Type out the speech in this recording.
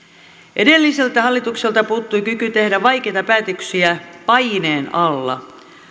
edelliseltä hallitukselta puuttui kyky tehdä vaikeita päätöksiä paineen alla